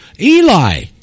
Eli